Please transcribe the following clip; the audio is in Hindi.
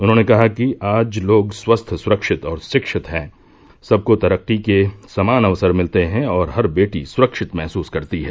उन्होंने कहा कि आज लोग स्वस्थ सुरक्षित और रिक्षित हैं सबको तरक्की के समान अवसर मिलते हैं और हर बेटी सुरक्षित महसूस करती है